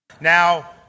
Now